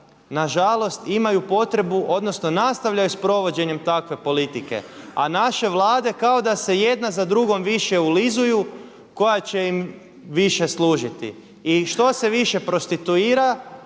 nažalost imaju potrebu odnosno nastavljaju s provođenjem takve politike. A naše vlade kao da se jedna za drugom više ulizuju koja će im više služiti. I što se više prostituira